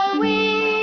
we